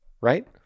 Right